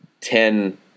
ten